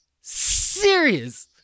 serious